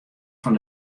fan